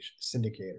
syndicator